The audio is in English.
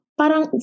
parang